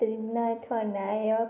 Trinath Nayak